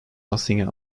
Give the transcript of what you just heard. nothing